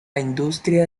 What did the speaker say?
industria